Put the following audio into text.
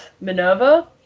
Minerva